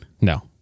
No